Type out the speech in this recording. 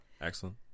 excellent